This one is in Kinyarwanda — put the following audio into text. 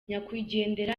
nyakwigendera